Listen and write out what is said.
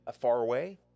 far-away